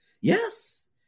yes